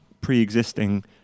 pre-existing